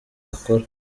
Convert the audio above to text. akora